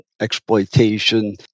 exploitation